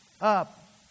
up